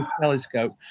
telescope